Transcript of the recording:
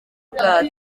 ubwato